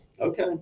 Okay